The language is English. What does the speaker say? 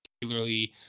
particularly